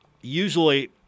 Usually